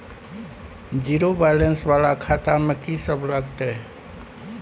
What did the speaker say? Zero balance वाला खाता में की सब लगतै?